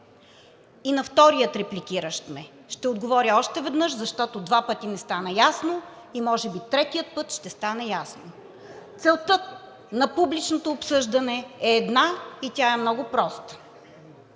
И на втория репликиращ ме ще отговоря още веднъж, защото два пъти не стана ясно и може би третия път ще стане ясно. Целта на публичното обсъждане е една и тя е много проста: